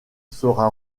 sera